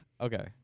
Okay